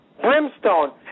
brimstone